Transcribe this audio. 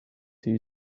two